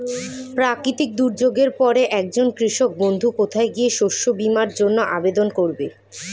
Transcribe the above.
প্রাকৃতিক দুর্যোগের পরে একজন কৃষক বন্ধু কোথায় গিয়ে শস্য বীমার জন্য আবেদন করবে?